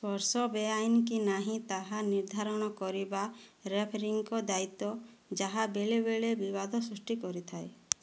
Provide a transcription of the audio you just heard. ସ୍ପର୍ଶ ବେଆଇନ କି ନାହିଁ ତାହା ନିର୍ଦ୍ଧାରଣ କରିବା ରେଫରିଙ୍କ ଦାୟିତ୍ୱ ଯାହା ବେଳେ ବେଳେ ବିବାଦ ସୃଷ୍ଟି କରିଥାଏ